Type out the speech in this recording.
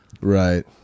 Right